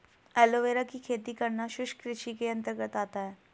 aloe vera की खेती करना शुष्क कृषि के अंतर्गत आता है